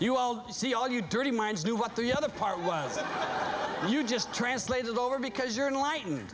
you all see all you dirty minds knew what the other part was that you just translated over because you're in lighten